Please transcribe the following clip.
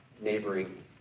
neighboring